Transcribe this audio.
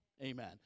Amen